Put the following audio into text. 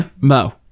Mo